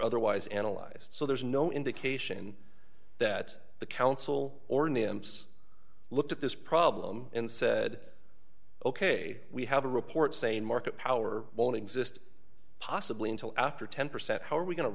otherwise analyzed so there's no indication that the council or nymphs looked at this problem and said ok we have a report saying market power only exist possibly until after ten percent how are we go